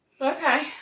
Okay